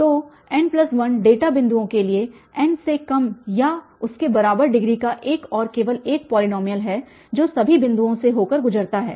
तो n1 data बिंदुओं के लिए n से कम या उसके बराबर डिग्री का एक और केवल एक पॉलीनॉमियल है जो सभी बिंदुओं से होकर गुजरता है